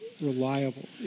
reliable